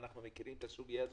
אנחנו מכירים את הסוגיה הזאת,